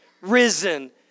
risen